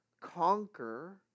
conquer